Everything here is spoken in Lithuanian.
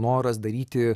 noras daryti